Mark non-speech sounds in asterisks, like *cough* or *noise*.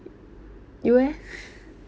you eh *laughs*